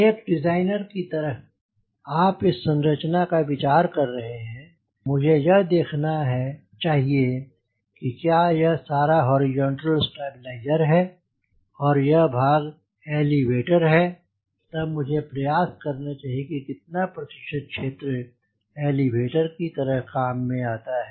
एक डिज़ाइनर की तरह आप इस संरचना का विचार कर रहे हैं मुझे यह देखना चाहिए कि क्या यह सारा हॉरिजॉन्टल स्टेबलाइजर है और यह भाग एलीवेटर है तब मुझे प्रयास करना चाहिए कि कितना प्रतिशत क्षेत्र एलीवेटर की तरह काम में आता है